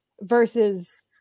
versus